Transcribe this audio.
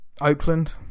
Oakland